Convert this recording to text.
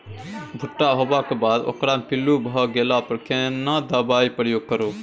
भूट्टा होबाक बाद ओकरा मे पील्लू भ गेला पर केना दबाई प्रयोग करू?